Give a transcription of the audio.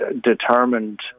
determined